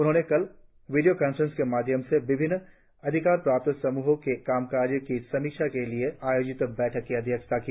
उन्होंने कल video conference के माध्यम से विभिन्न अधिकारप्राप्त समूहों के कामकाज की समीक्षा के लिए आयोजित बैठक की अध्यक्षता की